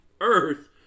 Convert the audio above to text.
earth